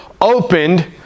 Opened